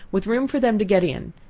with room for them to get in,